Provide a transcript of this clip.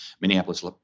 Minneapolis